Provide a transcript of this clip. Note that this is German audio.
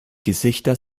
gesichter